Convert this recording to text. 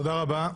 תודה רבה.